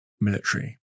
military